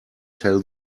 tell